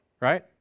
Right